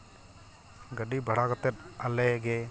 ᱜᱟᱹᱰᱤ ᱵᱷᱟᱲᱟ ᱠᱟᱛᱮ ᱟᱞᱮ ᱜᱮ